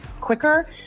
quicker